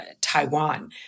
Taiwan